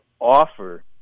offer